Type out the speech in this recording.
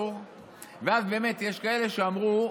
אז באמת יש כאלה שאמרו: